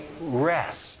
rest